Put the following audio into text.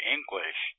English